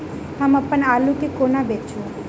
हम अप्पन आलु केँ कोना बेचू?